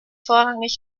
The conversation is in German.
vorrangig